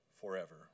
forever